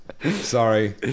Sorry